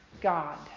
God